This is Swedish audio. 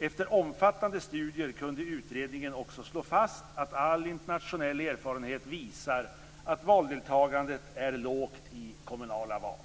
Efter omfattande studier kunde utredningen också slå fast att all internationell erfarenhet visar att valdeltagandet är lågt i kommunala val.